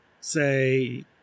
say